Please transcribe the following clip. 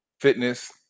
fitness